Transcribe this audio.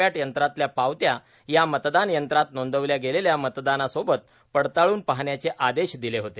पॅट यंत्रातल्या पावत्या या मतदान यंत्रांत नोंदवल्या गेलेल्या मतदानासोबत पडताळून पाहण्याचे आदेश दिले होते